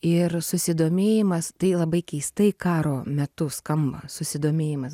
ir susidomėjimas tai labai keistai karo metu skamba susidomėjimas